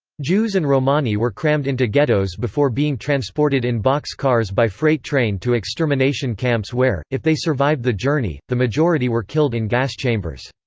jews and romani were crammed into ghettos before being transported in box cars by freight train to extermination camps where, if they survived the journey, the majority were killed in gas chambers.